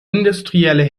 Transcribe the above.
industrielle